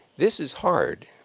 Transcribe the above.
this is hard,